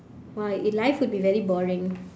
!wah! it life will be very boring